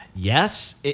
yes